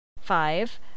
Five